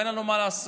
אין לנו מה לעשות.